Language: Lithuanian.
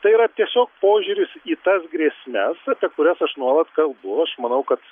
tai yra tiesiog požiūris į tas grėsmes apie kurias aš nuolat kalbu aš manau kad